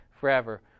forever